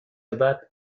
بعد